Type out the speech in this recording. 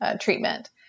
treatment